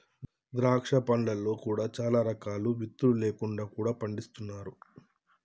ద్రాక్ష పండ్లలో కూడా చాలా రకాలు విత్తులు లేకుండా కూడా పండిస్తున్నారు